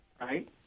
right